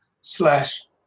slash